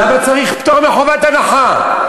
למה צריך פטור מחובת הנחה?